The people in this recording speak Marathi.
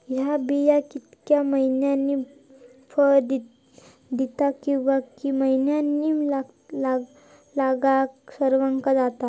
हया बिया कितक्या मैन्यानी फळ दिता कीवा की मैन्यानी लागाक सर्वात जाता?